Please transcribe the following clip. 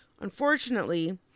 Unfortunately